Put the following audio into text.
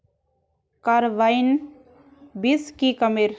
Carbine बीस की कमेर?